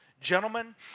gentlemen